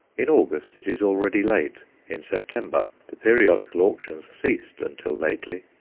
in august it is already late in september, the periodical auctions ceased until lately.